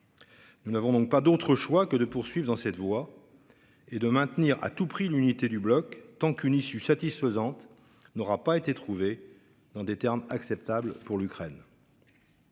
Nous n'avons donc pas d'autre choix que de poursuivre dans cette voie. Et de maintenir à tout prix l'unité du bloc tant qu'une issue satisfaisante. N'aura pas été trouvées dans des termes acceptables pour l'Ukraine.--